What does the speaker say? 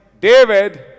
David